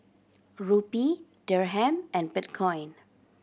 Rupee Dirham and Bitcoin